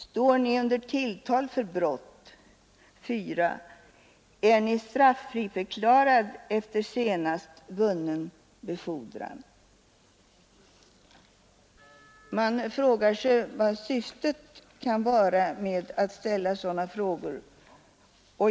Står Ni under tilltal för brott? Man frågar sig vad syftet kan vara med att ställa sådana frågor.